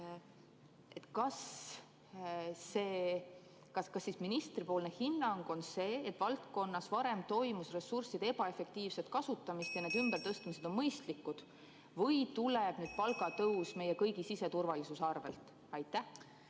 Kas ministri hinnang on siis see, et valdkonnas tuli varem ette ressursside ebaefektiivset kasutamist ja need ümbertõstmised on mõistlikud, või tuleb palgatõus meie kõigi siseturvalisuse arvel? Aitäh!